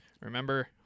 Remember